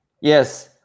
Yes